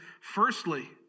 firstly